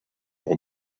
pour